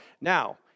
Now